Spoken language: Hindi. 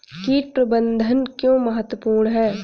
कीट प्रबंधन क्यों महत्वपूर्ण है?